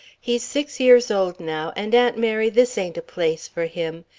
he's six years old now and aunt mary this ain't a place for him.